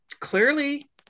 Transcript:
clearly